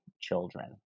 children